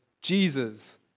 Jesus